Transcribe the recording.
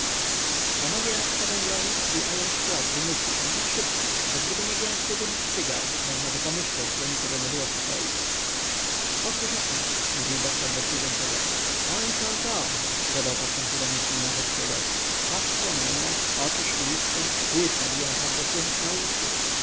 panowie radca węgrowicz i ajent szprot wynieśli się tak szybko że gdyby nie gęsty dym ich cygar możnaby myśleć że nikogo nie było w pokoju otwórz okno mówił doktor do służącego oj to to dodał patrząc ironicznie na rzeckiego twarz w płomieniach oczy szkliste pulsa biją tak że słychać na ulicy